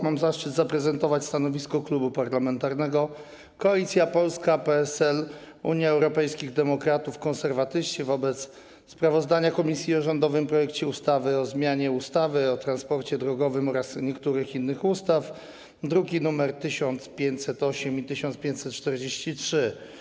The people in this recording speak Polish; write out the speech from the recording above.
Mam zaszczyt zaprezentować stanowisko Klubu Parlamentarnego Koalicja Polska - PSL, Unia Europejskich Demokratów, Konserwatyści wobec sprawozdania komisji o rządowym projekcie ustawy o zmianie ustawy o transporcie drogowym oraz niektórych innych ustaw, druki nr 1508 i 1543.